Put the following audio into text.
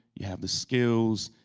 you have the skills.